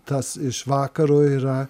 tas iš vakaro yra